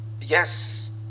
yes